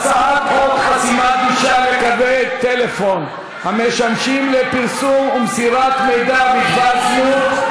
הצעת חוק חסימת גישה לקווי טלפון המשמשים לפרסום ומסירת מידע בדבר זנות,